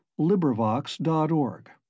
LibriVox.org